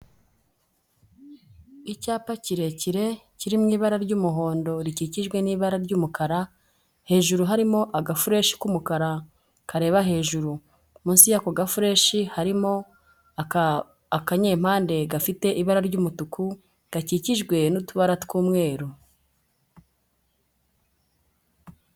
Icyapa kirekire, kiri mu ibara ry'umuhondo rikikijwe n'ibara ry'umukara, hejuru harimo agafureshi k'umukara kareba hejuru, munsi y'ako gafureshi harimo akanyempande gafite ibara ry'umutuku gakikijwe n'utubara tw'umweru.